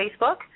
Facebook